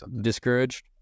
Discouraged